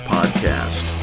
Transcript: Podcast